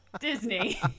Disney